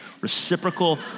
Reciprocal